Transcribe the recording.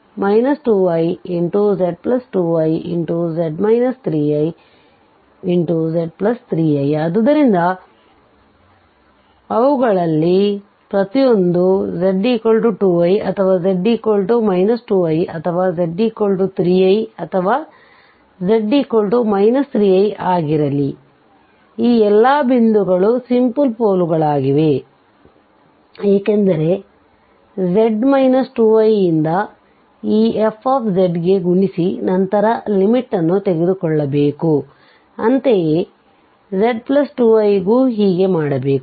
ಆದ್ದರಿಂದ ಅವುಗಳಲ್ಲಿ ಪ್ರತಿಯೊಂದೂ z 2i ಅಥವಾ z 2i ಅಥವಾ z 3i ಅಥವಾ z 3i ಆಗಿರಲಿ ಈ ಎಲ್ಲಾ ಬಿಂದುಗಳು ಸಿಂಪುಲ್ ಪೋಲ್ ಗಳಾಗಿವೆ ಏಕೆಂದರೆ ಯಿಂದ ಈ fಗೆ ಗುಣಿಸಿನಂತರ ಲಿಮಿಟ್ ನ್ನು ತೆಗೆದುಕೊಳ್ಳಬೇಕು ಅಂತೆಯೇ z2iಗೂ ಹೀಗೆ ಮಾಡಬೇಕು